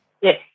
Yes